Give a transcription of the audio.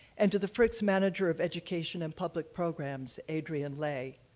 and to the frick's manager of education and public programs, adrienne lei.